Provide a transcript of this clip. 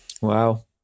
Wow